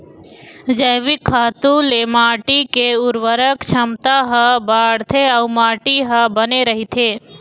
जइविक खातू ले माटी के उरवरक छमता ह बाड़थे अउ माटी ह बने रहिथे